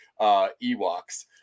Ewoks